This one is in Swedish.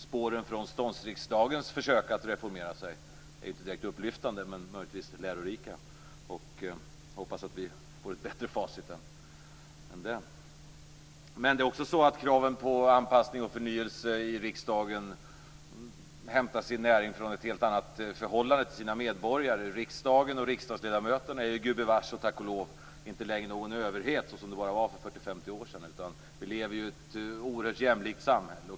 Spåren från ståndsriksdagens försök att reformera sig är inte direkt upplyftande, men möjligtvis lärorika. Jag hoppas att vi får ett bättre facit än den. Men kraven på anpassning och förnyelse i riksdagen hämtar också sin näring från ett helt annat förhållande till sina medborgare. Riksdagen och riksdagsledamöterna är gubevars och tack och lov inte längre någon överhet som de var för 40-50 år sedan, utan vi lever i ett oerhört jämlikt samhälle.